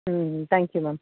ம் hmm thank you ma'am